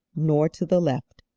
nor to the left.